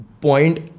point